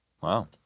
Wow